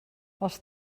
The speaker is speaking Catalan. els